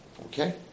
okay